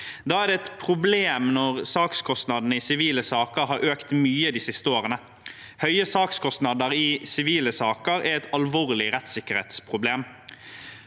Da er det et problem når sakskostnadene i sivile saker har økt mye de siste årene. Høye sakskostnader i sivile saker er et alvorlig rettssikkerhetsproblem.